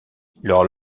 leur